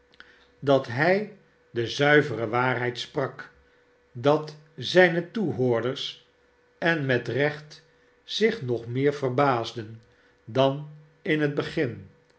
dat hij de zuivere waarheid sprak dat zijne toehoorders en met recht zich nog meer verbaasden dan in het begin